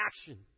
action